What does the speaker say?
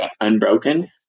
Unbroken